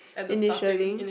initially